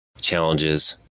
challenges